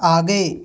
आगे